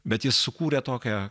bet jis sukūrė tokią